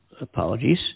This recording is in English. apologies